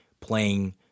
playing